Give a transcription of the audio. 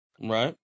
Right